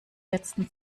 letzten